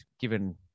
given